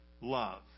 love